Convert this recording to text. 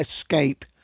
Escape